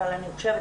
אבל אני חושבת,